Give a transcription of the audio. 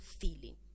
feeling